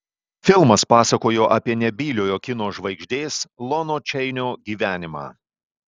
filmas pasakojo apie nebyliojo kino žvaigždės lono čeinio gyvenimą